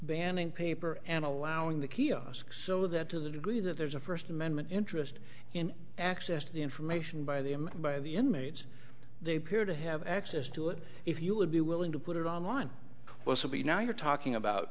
banning paper and allowing the kiosks so that to the degree that there's a first amendment interest in access to the information by them by the inmates they appear to have access to it if you would be willing to put it online well so be now you're talking about